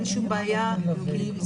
אין שום בעיה עם זה.